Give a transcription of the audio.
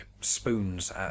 spoons